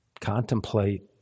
contemplate